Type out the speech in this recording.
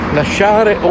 lasciare